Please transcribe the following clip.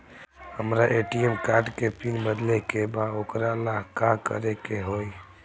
हमरा ATM card के pin बदले के बा वोकरा ला का करे के होई?